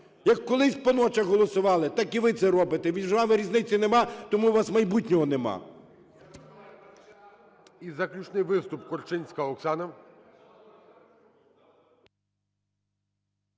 Як колись по ночах голосували, так і ви це робите! Між вами різниці нема, тому у вас майбутнього нема!